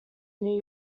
new